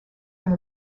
have